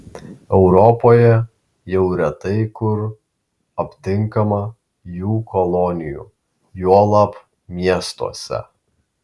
europoje jau retai kur aptinkama jų kolonijų juolab miestuose